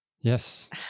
Yes